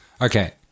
Okay